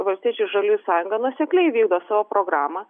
valstiečių ir žaliųjų sąjunga nuosekliai vykdo savo programą